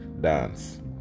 dance